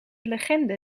legende